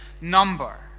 number